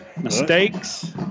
Mistakes